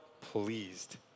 pleased